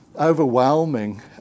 overwhelming